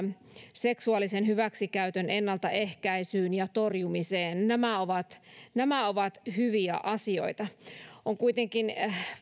seksuaalisen hyväksikäytön ennaltaehkäisyyn ja torjumiseen nämä ovat nämä ovat hyviä asioita on kuitenkin